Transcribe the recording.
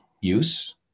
use